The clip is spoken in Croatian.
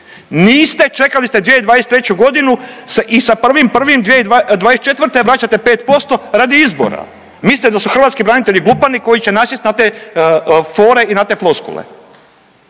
Niste čekali ste 2023. godinu i sa 1.1.2024. vraćate 5% radi izbora. Mislite da su hrvatski branitelji glupani koji će nasjesti na te fore i na te floskule.